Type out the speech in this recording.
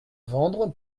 vendre